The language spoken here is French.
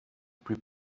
plus